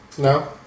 No